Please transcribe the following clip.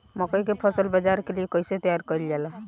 मकई के फसल बाजार के लिए कइसे तैयार कईले जाए?